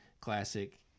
classic